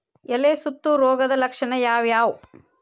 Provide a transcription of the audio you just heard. ಎಲೆ ಸುತ್ತು ರೋಗದ ಲಕ್ಷಣ ಯಾವ್ಯಾವ್?